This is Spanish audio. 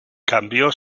cambió